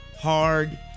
hard